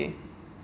okay